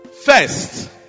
First